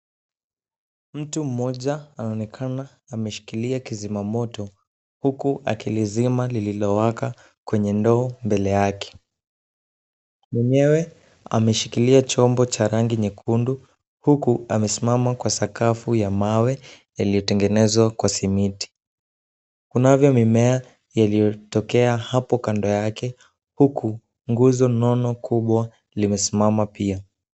Mtu mmoja anaonekana ameshikilia kizimamoto huku akilizima lililowaka kwenye ndoo mbele yake. Mwenyewe ameshikilia chombo cha rangi nyekundu huku amesimama kwa sakafu ya mawe yaliyotengenezwa kwa simiti. Kunavyo mimea yaliyotokea hapo kando yake huku nguzo nono kubwa limesimama pia.